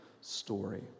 story